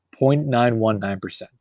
0.919%